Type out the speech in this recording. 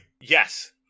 yes